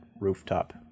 rooftop